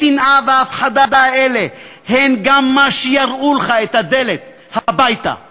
השנאה וההפחדה האלה הן גם מה שיראו לך את הדלת הביתה לתמיד.